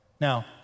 Now